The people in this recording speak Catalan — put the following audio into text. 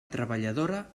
treballadora